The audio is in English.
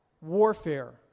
warfare